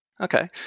Okay